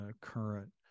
current